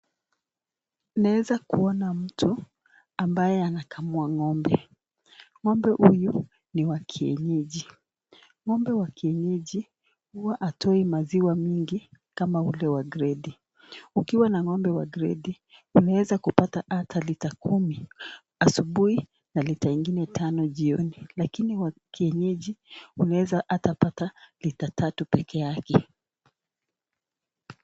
Naeza kuona mtu ambaye anakamua ng'ombe , ng'ombe huyu ni wa kienyeji , ng'ombe wa kienyeji hua hatoi maziwa mingi kama wale wa gredi, ukiwa na ng'ombewa gredi, unaweza ata kupata lita kumi asubuhi na lita ingine tano jioni , lakini wa kinyeji unaeza ata pata lita tatu peke yake.